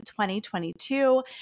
2022